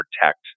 protect